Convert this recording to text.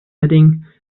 setting